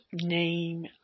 name